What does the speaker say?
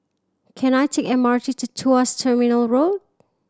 can I take M R T to Tuas Terminal Road